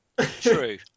True